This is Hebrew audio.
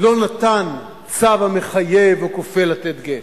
לא נתן צו המחייב או כופה לתת גט,